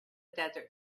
desert